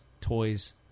toys